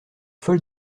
folle